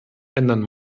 ändern